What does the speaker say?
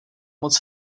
moc